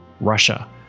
Russia